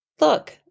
Look